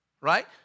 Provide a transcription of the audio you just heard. right